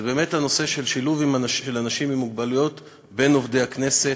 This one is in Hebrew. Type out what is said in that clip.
זה הנושא של שילוב אנשים עם מוגבלות בקרב עובדי הכנסת.